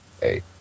hey